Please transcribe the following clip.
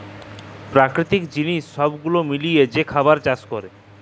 পেরাকিতিক জিলিস ছব গুলা মিলায় যে খাবার চাষ ক্যরে